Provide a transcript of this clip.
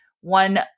one